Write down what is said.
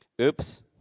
Oops